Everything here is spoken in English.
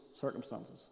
circumstances